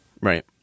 Right